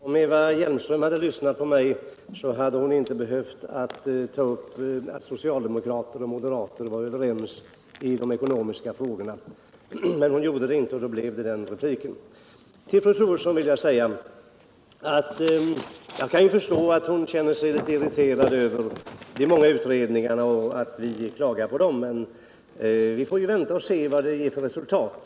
Herr talman! Om Eva Hjelmström hade lyssnat på mig, hade hon inte behövt påstå att socialdemokrater och moderater var överens i de ekonomiska frågorna. Men hon gjorde inte det, och då blev repliken som den blev. Jag kan förstå att fru Troedsson känner sig irriterad över de många utredningarna som vi pekar på, men vi får ju vänta och se vad de ger för resultat.